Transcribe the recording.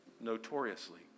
notoriously